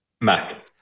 Mac